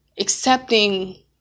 accepting